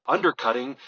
Undercutting